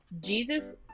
Jesus